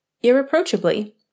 irreproachably